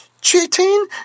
cheating